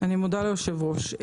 אני מודה ליושב ראש.